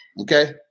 Okay